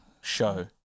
show